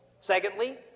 Secondly